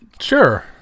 sure